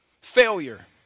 failure